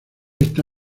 está